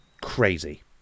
crazy